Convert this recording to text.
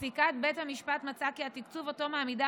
פסיקת בית המשפט מצאה כי התקציב שמעמידה